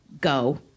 go